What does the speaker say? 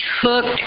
hooked